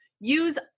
Use